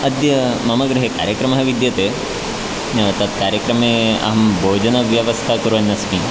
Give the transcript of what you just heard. अद्य मम गृहे कार्यक्रमः विद्यते तत् कार्यक्रमे अहं भोजनव्यवस्था कुर्वन्नस्मि